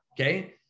okay